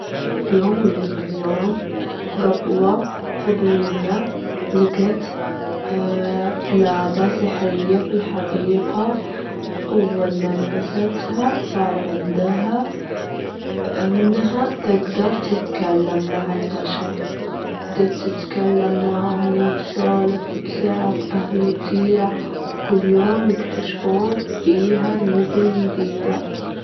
في يوم من الأيام جطوة فضولية لجيت جلادة سحرية في الحديقة، أول ما لبستها صار عندها إنها تجدر تتكلم مع البشر، وابتديت تتكلم معاهم وتسولف، وتساعد أهل الديرة، كل يوم يكتشفون فيها ميزة جديدة.